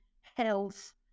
health